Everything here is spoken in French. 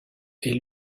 est